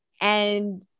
and-